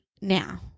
Now